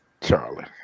Charlie